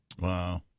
Wow